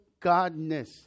Godness